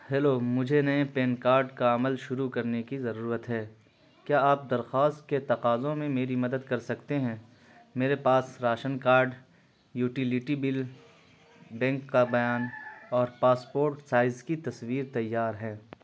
hello مجھے نئے PAN card کا عمل شروع کرنے کی ضرورت ہے کیا آپ درخواست کے تقاضوں میں میری مدد کر سکتے ہیں میرے پاس ration card utility bill bank کا بیان اور پاسپوٹ سائز کی تصویر تیار ہے